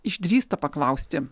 išdrįsta paklausti